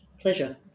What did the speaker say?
Pleasure